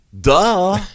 duh